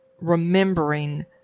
remembering